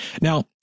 Now